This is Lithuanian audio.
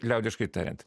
liaudiškai tariant